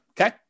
Okay